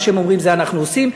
מה שהם אומרים, זה אנחנו עושים.